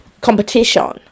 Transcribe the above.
competition